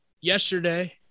yesterday